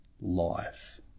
life